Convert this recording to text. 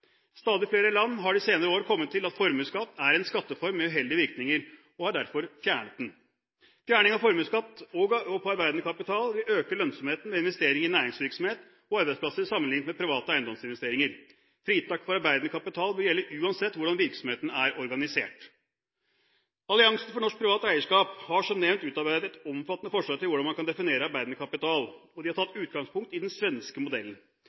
Stadig flere land har de senere år kommet til at formuesskatt er en skatteform med uheldige virkninger, og har derfor fjernet den. Fjerning av formuesskatt på arbeidende kapital vil øke lønnsomheten ved investering i næringsvirksomhet på arbeidsplasser sammenliknet med private eiendomsinvesteringer. Fritak for arbeidende kapital bør gjelde uansett hvordan virksomheten er organisert. Alliansen for norsk privat eierskap har som nevnt utarbeidet et omfattende forslag til hvordan man kan definere arbeidende kapital, og de har tatt utgangspunkt i den svenske modellen.